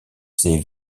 ses